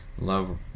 love